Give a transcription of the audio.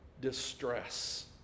Distress